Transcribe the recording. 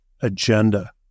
agenda